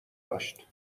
داشت